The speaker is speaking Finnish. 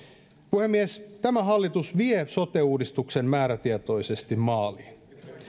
puhemies tämä hallitus vie sote uudistuksen määrätietoisesti maaliin